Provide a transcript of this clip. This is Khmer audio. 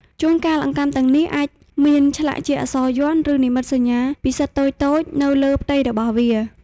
ជួនកាល អង្កាំទាំងនេះអាចមានឆ្លាក់ជាអក្សរយ័ន្ត ឬនិមិត្តសញ្ញាពិសិដ្ឋតូចៗនៅលើផ្ទៃរបស់វា។